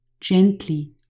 gently